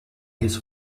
his